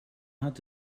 hat